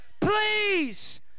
please